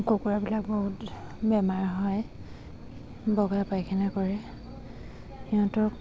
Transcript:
কুকুৰাবিলাক বহুত বেমাৰ হয় বগা পায়খানা কৰে সিহঁতক